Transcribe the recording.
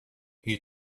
you